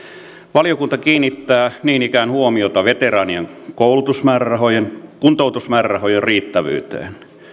valiokunta kiinnittää niin ikään huomiota veteraanien kuntoutusmäärärahojen kuntoutusmäärärahojen riittävyyteen